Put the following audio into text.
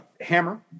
Hammer